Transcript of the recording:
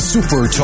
Super